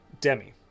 Demi